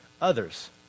others